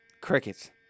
Crickets